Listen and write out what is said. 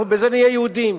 אנחנו בזה נהיה יהודים.